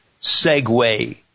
segue